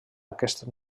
aquest